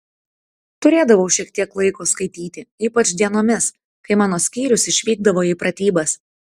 turėdavau šiek tiek laiko skaityti ypač dienomis kai mano skyrius išvykdavo į pratybas